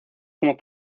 como